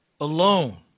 alone